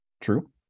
True